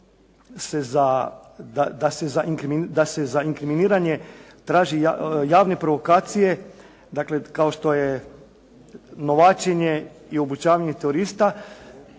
da se za inkriminiranje traže javne provokacije. Dakle, kao što je novačenje i obučavanje terorista